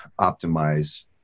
optimize